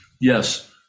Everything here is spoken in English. Yes